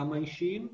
גם האישיים,